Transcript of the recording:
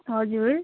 हजुर